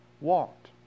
walked